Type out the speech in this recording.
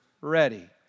ready